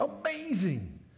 Amazing